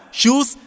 shoes